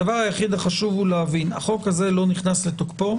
חשוב להבין החוק הזה לא נכנס לתוקפו